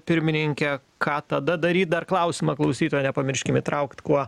pirmininke ką tada daryt dar klausimą klausytojo nepamirškim įtraukti kuo